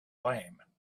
lame